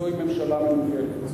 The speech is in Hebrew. זוהי ממשלה מנוולת.